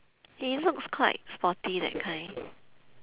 he looks quite sporty that kind